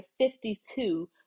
52